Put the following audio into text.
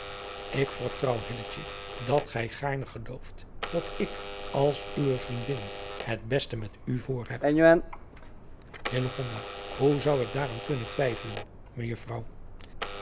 ik vertrouw hilletje dat gij gaarne gelooft dat ik als uwe vriendin het beste met u voor heb hillegonda hoe zou ik daaraan kunnen twijfelen